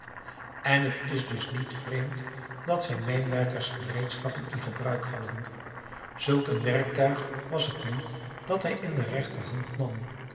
en t is dus niet vreemd dat zij mijnwerkersgereedschappen in gebruik hadden zulk een werktuig was het nu dat hij in de rechterhand nam